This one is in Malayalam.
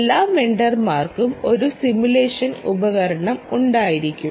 എല്ലാ വെണ്ടർമാർക്കും ഒരു സിമുലേഷൻ ഉപകരണം ഉണ്ടായിരിക്കും